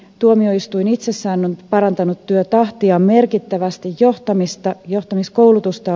tuomioistuin itsessään on parantanut työtahtiaan merkittävästi johtamiskoulutusta on lisätty